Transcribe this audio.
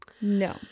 No